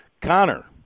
Connor